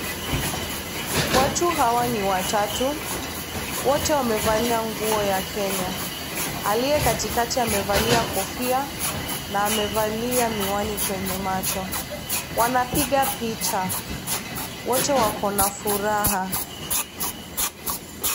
Watu hawa ni watatu, wote wamevalia nguo ya kenya. Aliye katikati amevalia kofia na amevalia miwani kwenye macho, wanapiga picha. Wote wako na furaha.